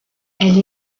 elle